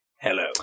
hello